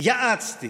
יעצתי